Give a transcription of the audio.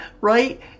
Right